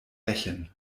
rächen